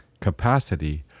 capacity